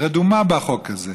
רדומה בחוק הזה.